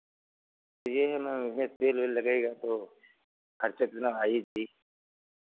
तो ये है मैम इसमें तेल वेल लगेगा तो खर्चा इतना आ ही जाई